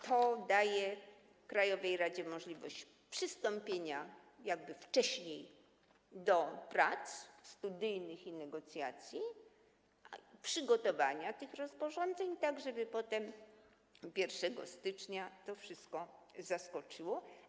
To daje krajowej radzie możliwość przystąpienia wcześniej do prac studyjnych i negocjacji, przygotowania tych rozporządzeń, tak żeby potem, 1 stycznia, to wszystko zaskoczyło.